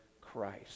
Christ